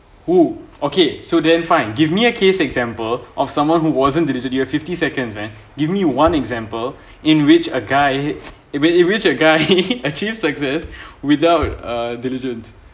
who okay so then fine give me a case example of someone who wasn't diligent you have fifty seconds man give me one example in which a guy in which in which a guy achieved success without a diligent